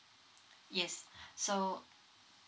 yes so